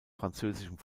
französischem